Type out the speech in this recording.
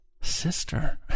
sister